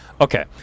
Okay